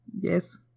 Yes